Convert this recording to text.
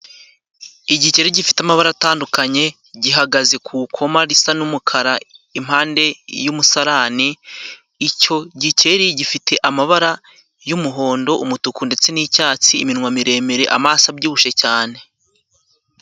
igikeri gifite amabara atandukanye, gihagaze ku koma risa n'umukara impande y'umusarani. Icyo gikeri gifite amabara y'umuhondo, umutuku ndetse n'icyatsi, iminwa miremire, amaso abyibushye cyane.